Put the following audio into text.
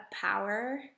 power